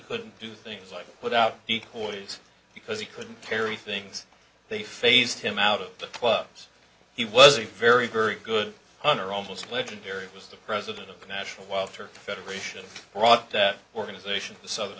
couldn't do things like put out decoys because he couldn't carry things they fazed him out of the clubs he was a very very good hunter almost legendary was the president of the national wealth or federation brought that organization the southern